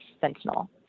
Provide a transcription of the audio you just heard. sentinel